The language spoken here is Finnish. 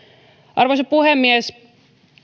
arvoisa puhemies